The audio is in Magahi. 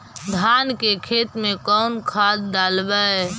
धान के खेत में कौन खाद डालबै?